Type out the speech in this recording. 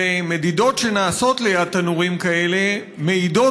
ומדידות שנעשות ליד תנורים כאלה מעידות